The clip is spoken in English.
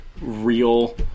real